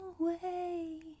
away